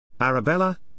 Arabella